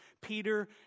Peter